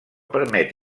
permet